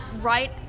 right